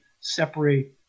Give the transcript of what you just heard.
separate